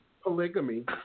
polygamy